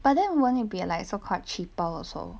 but then won't it be like so called cheaper also